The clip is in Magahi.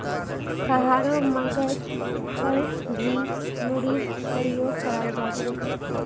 कहारो मर्गत पर भी मूरीर प्रयोग कराल जा छे